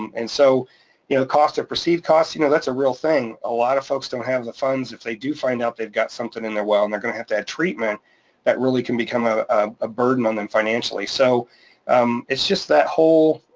and so the you know cost or perceived cost, you know that's a real thing, a lot of folks don't have the funds. if they do find out they've got something in their well and they're gonna have that treatment that really can become a a burden on them financially. so it's just that whole,